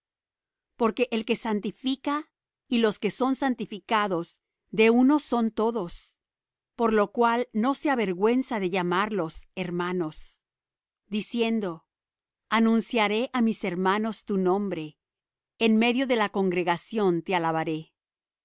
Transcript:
porque el que santifica y los que son santificados de uno son todos por lo cual no se avergüenza de llamarlos hermanos diciendo anunciaré á mis hermanos tu nombre en medio de la congregación te alabaré